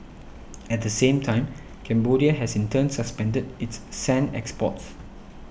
at the same time Cambodia has in turn suspended its sand exports